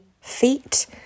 feet